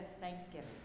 thanksgiving